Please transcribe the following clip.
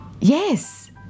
Yes